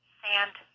sand